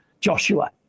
Joshua